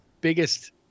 biggest